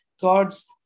God's